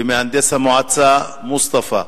ומהנדס המועצה מוסטפא,